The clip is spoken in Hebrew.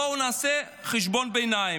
בואו נעשה חשבון ביניים.